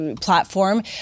platform